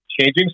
changing